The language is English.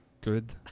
good